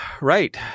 Right